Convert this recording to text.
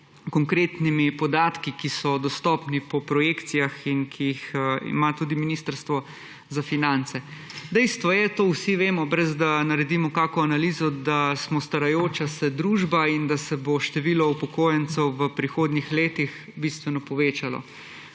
konkretnimi podatki, ki so dostopni po projekcijah in ki jih ima tudi Ministrstvo za finance. Dejstvo je, to vsi vemo, brez da naredimo kako analizo, da smo starajoča se družba in da se bo število upokojencev v prihodnjih letih bistveno povečalo,